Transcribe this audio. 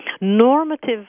normative